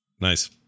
Nice